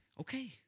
Okay